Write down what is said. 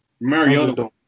Mariota